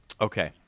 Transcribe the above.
Okay